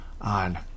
on